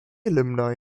alumni